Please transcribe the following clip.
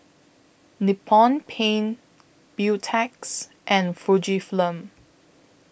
Nippon Paint Beautex and Fujifilm